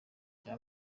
icya